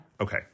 Okay